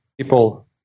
People